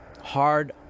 hard